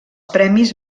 premis